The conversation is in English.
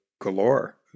galore